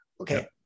Okay